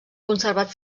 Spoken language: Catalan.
conservat